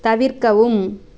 தவிர்க்கவும்